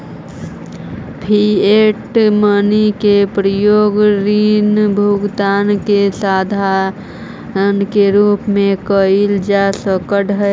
fiat money के प्रयोग ऋण भुगतान के साधन के रूप में कईल जा सकऽ हई